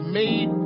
made